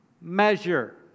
measure